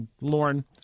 Lauren